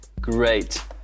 Great